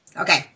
Okay